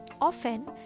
Often